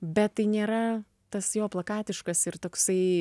bet tai nėra tas jo plakatiškas ir toksai